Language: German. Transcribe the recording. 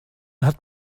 hat